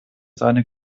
seine